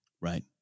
right